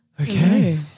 Okay